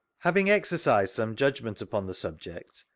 having exercised some judgment upon the subject,